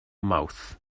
mawrth